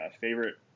favorite